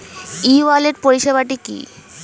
ই wallet পরিষেবাটি কি?